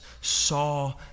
saw